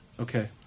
Okay